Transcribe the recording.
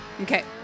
okay